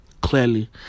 clearly